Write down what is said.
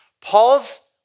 Paul's